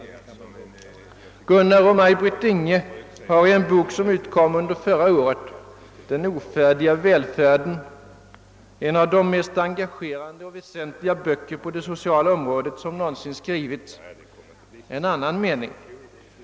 Gunnar och Maj-Britt Inghe har i en bok som utkom förra året, Den ofärdiga välfärden, en av de mest engagerande och väsentliga böcker på det sociala området som någonsin skrivits, en annan mening.